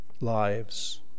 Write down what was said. lives